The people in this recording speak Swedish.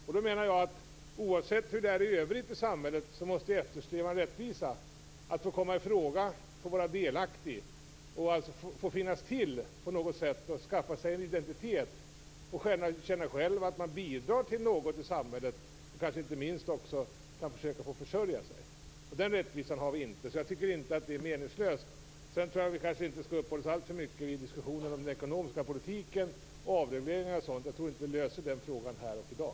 Oavsett hur det är i övrigt i samhället måste vi eftersträva en rättvisa. Alla måste få komma i fråga och vara delaktiga. Alla måste få finnas till, och alla måste kunna skaffa sig en identitet. Alla måste känna att de bidrar till något i samhället. Alla måste, inte minst, få försöka försörja sig. Den rättvisan har vi inte, så jag tycker inte att debatten är meningslös. Jag tror inte att vi skall uppehålla oss alltför länge vid diskussionen om den ekonomiska politiken, avregleringar och liknande. Jag tror inte att vi löser de frågorna här i dag.